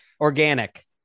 organic